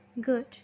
Good